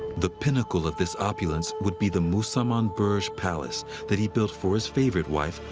the pinnacle of this opulence would be the musamman burj palace that he built for his favorite wife,